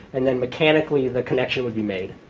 and then mechanically the connection would be made.